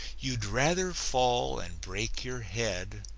you'd rather fall and break your head,